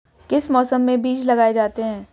किस मौसम में बीज लगाए जाते हैं?